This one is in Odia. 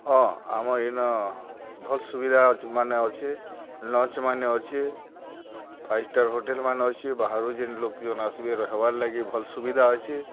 ହଁ ଆମର୍ ଇନ ଭଲ୍ ସୁବିଧା ମାନେ ଅଛେ ଲଞ୍ଚ୍ ମାନେ ଅଛେ ଫାଇଭ୍ ଷ୍ଟାର୍ ହୋଟେଲ୍ମାନେ ଅଛେ ବାହାରୁ ଯେନ୍ ଲୋକ୍ ପିଅନ୍ ଆସିବେ ରହେବାର୍ଲାଗି ଭଲ୍ ସୁବିଧା ଅଛେ